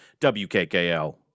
WKKL